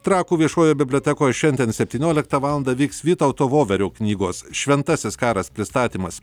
trakų viešoje bibliotekoje šiandien septynioliktą valandą vyks vytauto voverio knygos šventasis karas pristatymas